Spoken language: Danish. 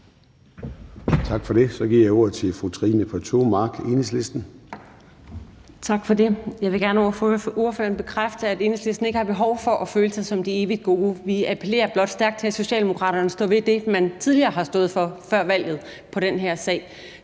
Tak for det. Så giver jeg ordet til fru Trine Pertou Mach, Enhedslisten. Kl. 13:54 Trine Pertou Mach (EL): Tak for det. Jeg vil gerne bekræfte over for ordføreren, at Enhedslisten ikke har behov for at føle sig som de evigt gode. Vi appellerer blot stærkt til, at Socialdemokratiet står ved det, de tidligere har stået for, altså før valget, i den her sag.